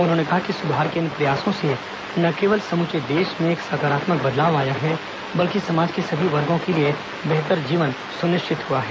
उन्होंने कहा कि सुधार के इन प्रयासों से न केवल समूचे देश में एक सकारात्मक बदलाव आया है बल्कि समाज के सभी वर्गो के लिए बेहतर जीवन सुनिश्चित हुआ है